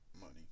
money